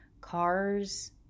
cars